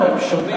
האם הם שונים?